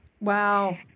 Wow